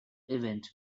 event